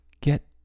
get